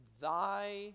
thy